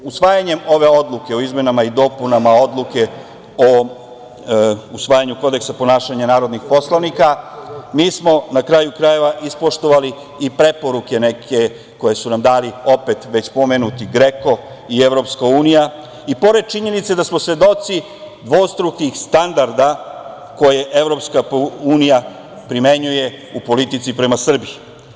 Usvajanjem ove odluke o izmenama i dopunama Odluke o usvajanju Kodeksa ponašanja narodnih poslanika mi smo, na kraju krajeva, ispoštovali i neke preporuke koje su nam dali opet već pomenuti GREKO i EU, i pored činjenice da smo svedoci dvostrukih standarda koje EU primenjuju u politici prema Srbiji.